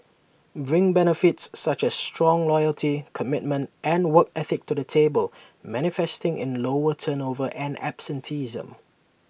bring benefits such as strong loyalty commitment and work ethic to the table manifesting in lower turnover and absenteeism